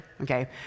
Okay